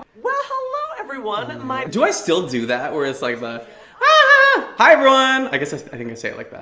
well hello everyone. and do i still do that, where it's like the ah! hi everyone. i guess i think i say it like that.